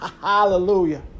Hallelujah